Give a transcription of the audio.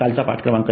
हा कालचा पाठ क्रं